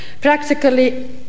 practically